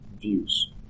views